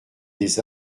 des